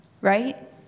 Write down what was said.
Right